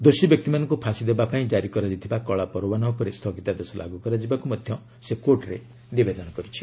ଦୋଷୀ ବ୍ୟକ୍ତିମାନଙ୍କୁ ଫାଶି ଦେବା ପାଇଁ କାରି କରାଯାଇଥିବା କଳା ପରୱାନା ଉପରେ ସ୍ଥଗିତା ଦେଶ ଲାଗୁ କରାଯିବାକୁ ମଧ୍ୟ ସେ କୋର୍ଟ୍ରେ ନିବେଦନ କରିଛି